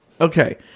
okay